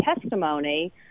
testimony